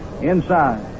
Inside